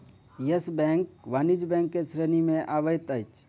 yes Bank वाणिज्य bank के श्रेणी में अबैत अछि